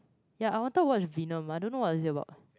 ya I wanted to watch venom I don't know what is it about